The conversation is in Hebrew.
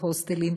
בהוסטלים,